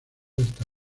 hasta